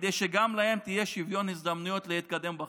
כדי שגם להם יהיה שוויון הזדמנויות להתקדם בחיים.